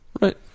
right